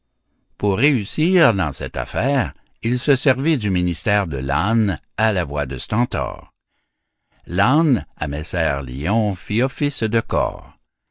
pour réussir dans cette affaire il se servit du ministère de l'âne à la voix de stentor l'âne à messer lion fit office de cor